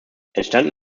entstanden